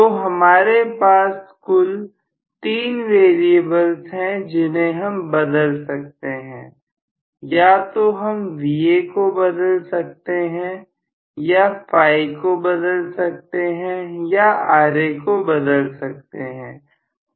तो हमारे पास कुल 3 वैरियेबल्स है जिन्हें हम बदल सकते हैं या तो हम Va को बदल सकते हैं या φ को बदल सकते हैं या Ra को बदल सकते हैं